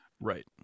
Right